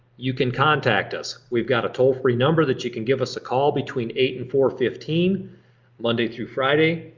you can contact us. we've got a toll free number that you can give us a call between eight zero and four fifteen monday through friday.